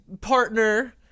partner